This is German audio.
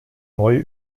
neue